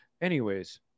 Anyways-